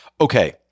Okay